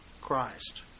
Christ